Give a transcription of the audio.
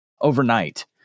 overnight